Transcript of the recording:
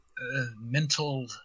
mental